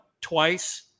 twice –